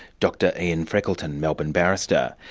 dr ian freckleton, melbourne barrister.